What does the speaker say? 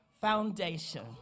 Foundation